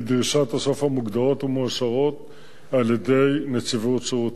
הסף המוגדרות ומאושרות על-ידי נציבות שירות המדינה.